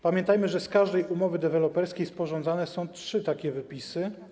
Pamiętajmy, że z każdej umowy deweloperskiej sporządzane są trzy takie wypisy.